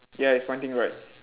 ya it's pointing right